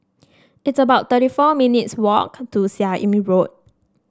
it's about thirty four minutes' walk to Seah Im Road